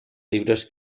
libros